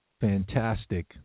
fantastic